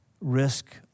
risk